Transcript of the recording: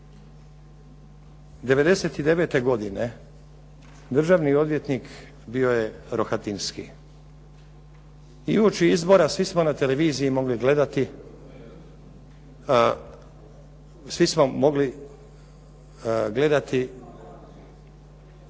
99. godine državni odvjetnik bio je Rohatinski i uoči izbora svi smo na televiziji mogli gledati. .../Upadica se ne čuje./...